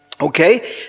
Okay